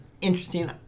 interesting